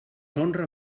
honra